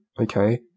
okay